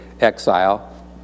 exile